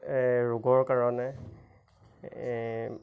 এই ৰোগৰ কাৰণে